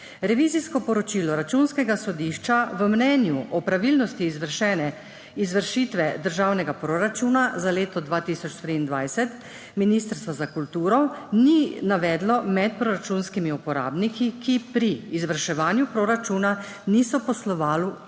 Revizijsko poročilo Računskega sodišča v mnenju o pravilnosti izvršene izvršitve državnega proračuna za leto 2023 ministrstva za kulturo ni navedlo med proračunskimi uporabniki, ki pri izvrševanju proračuna niso poslovali